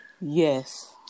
Yes